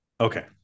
Okay